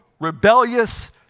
rebellious